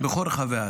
בכל רחבי הארץ,